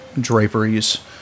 draperies